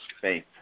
faith